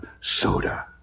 soda